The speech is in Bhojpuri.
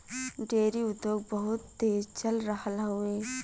डेयरी उद्योग बहुत तेज चल रहल हउवे